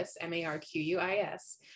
M-A-R-Q-U-I-S